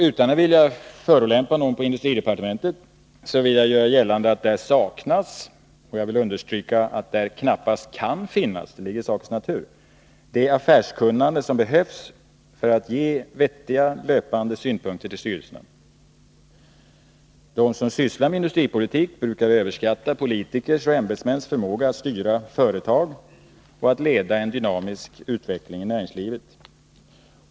Utan att vilja förolämpa någon på industridepartementet vill jag göra gällande att där saknas — och jag vill understryka att det ligger i sakens natur — det affärskunnande som behövs för att ge vettiga löpande synpunkter till styrelserna. De som sysslar med industripolitik brukar överskatta politikers och ämbetsmäns förmåga att styra företag och att leda en dynamisk utveckling i näringslivet.